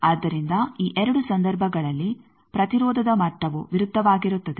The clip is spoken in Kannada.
ಆದ್ದರಿಂದ ಈ ಎರಡು ಸಂದರ್ಭಗಳಲ್ಲಿ ಪ್ರತಿರೋಧದ ಮಟ್ಟವು ವಿರುದ್ಧವಾಗಿರುತ್ತದೆ